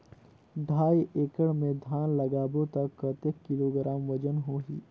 ढाई एकड़ मे धान लगाबो त कतेक किलोग्राम वजन होही?